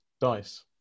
dice